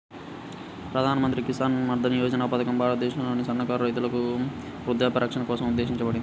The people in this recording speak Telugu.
ప్రధాన్ మంత్రి కిసాన్ మన్ధన్ యోజన పథకం భారతదేశంలోని సన్నకారు రైతుల వృద్ధాప్య రక్షణ కోసం ఉద్దేశించబడింది